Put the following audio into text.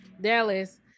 Dallas